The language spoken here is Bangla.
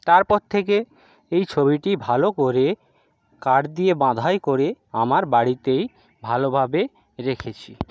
তারপর থেকে এই ছবিটি ভালো করে কাঠ দিয়ে বাঁধাই করে আমার বাড়িতেই ভালোভাবে রেখেছি